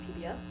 PBS